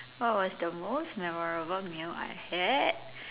what was the most memorable meal I had